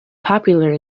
popular